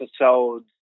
episodes